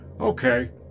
Okay